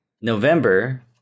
November